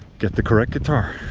get the correct guitar